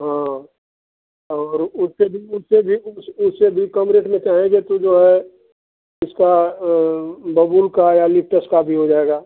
हाँ और उससे भी उससे भी उस उससे भी कम रेट में कहेंगे तो जो है उसका बबूल का या लिप्टस का भी हो जाएगा